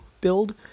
build